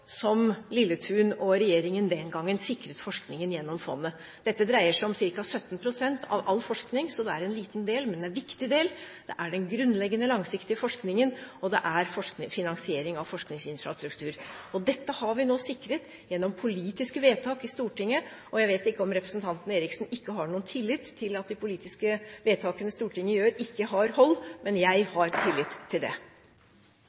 som Lilletun og regjeringen den gangen sikret forskningen gjennom fondet. Dette dreier seg om ca. 17 pst. av all forskning. Så det er en liten del, men det er en viktig del. Det er den grunnleggende, langsiktige forskningen, og det er finansiering av forskningsinfrastruktur. Dette har vi nå sikret gjennom politiske vedtak i Stortinget. Jeg vet ikke om representanten Eriksen har noen tillit til at de politiske vedtakene Stortinget gjør, har hold. Men jeg har tillit til det.